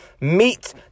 meet